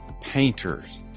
painters